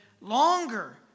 longer